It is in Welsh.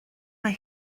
mae